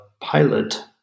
pilot